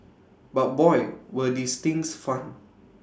but boy were these things fun